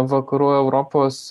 vakarų europos